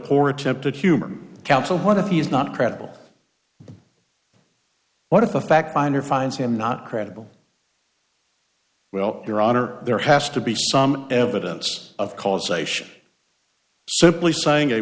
poor attempt at humor counsel what if he's not credible what if a fact finder finds him not credible well your honor there has to be some evidence of causation simply saying